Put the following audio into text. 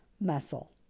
muscle